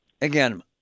again